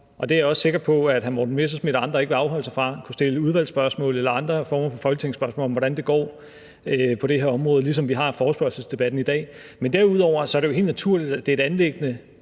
– det er jeg også sikker på at hr. Morten Messerschmidt og andre ikke vil afholde sig fra – at kunne stille udvalgsspørgsmål eller andre former for folketingsspørgsmål om, hvordan det går på det her område, ligesom vi har forespørgselsdebatten i dag. Men derudover er det jo helt naturligt, at det er et anliggende